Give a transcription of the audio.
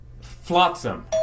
Flotsam